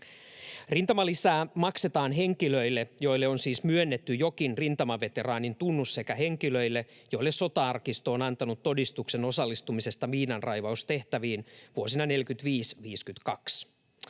Rintamalisää siis maksetaan henkilöille, joille on myönnetty jokin rintamaveteraanin tunnus, sekä henkilöille, joille Sota-arkisto on antanut todistuksen osallistumisesta miinanraivaustehtäviin vuosina 45—52.